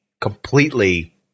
completely